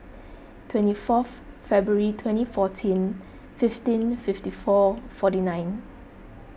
twenty fourth February twenty fourteen fifteen fifty four forty nine